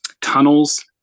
tunnels